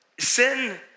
Sin